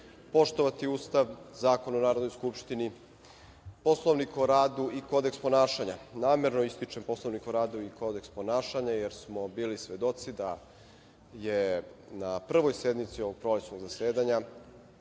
poštovani Ustav, Zakon o Narodnoj skupštini, Poslovnik o radu i Kodeks ponašanja. Namerno ističem Poslovnik o radu i Kodeks ponašanja jer smo bili svedoci da je na prvoj sednici ovog prolećnog zasedanja